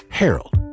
Harold